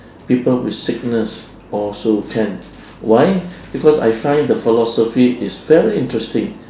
people with sickness also can why because I find the philosophy is very interesting